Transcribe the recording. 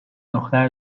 دختر